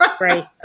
Right